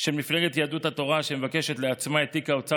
של מפלגת יהדות התורה שמבקשת לעצמה את תיק האוצר